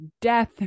death